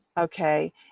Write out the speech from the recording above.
Okay